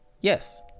Yes